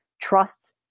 trusts